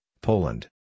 Poland